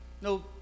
no